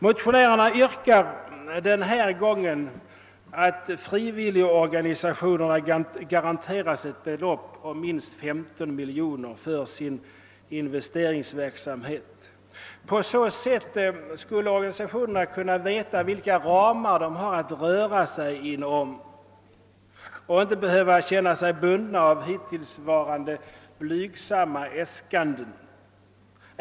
Motionärerna yrkar denna gång att frivilligorganisationerna garanteras ett belopp på minst 15 miljoner kronor för sin investeringsverksamhet. Organisationerna skulle då kunna veta vilka ramar de har att röra sig inom och inte behöva känna sig bundna av hittillsvarande blygsamma äskanden.